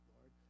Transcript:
Lord